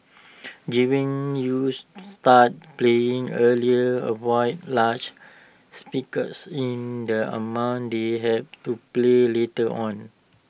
giving users start paying earlier avoids large speakers in the amount they have to play litter on